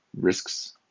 Risks